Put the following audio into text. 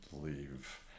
leave